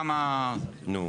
נו,